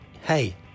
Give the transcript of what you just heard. hey